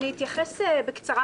אתייחס בקצרה,